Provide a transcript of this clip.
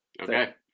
Okay